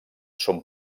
són